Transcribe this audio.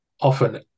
often